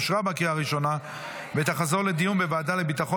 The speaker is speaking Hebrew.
אושרה בקריאה הראשונה ותחזור לדיון בוועדה לביטחון